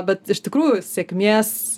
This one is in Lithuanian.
bet iš tikrųjų sėkmės